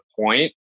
point